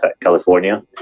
California